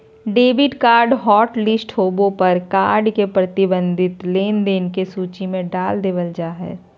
debit card hotlist होबे पर card के प्रतिबंधित लेनदेन के सूची में डाल देबल जा हय